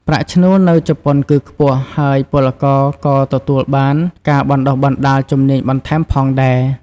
ប្រាក់ឈ្នួលនៅជប៉ុនគឺខ្ពស់ ហើយពលករក៏ទទួលបានការបណ្ដុះបណ្ដាលជំនាញបន្ថែមផងដែរ ។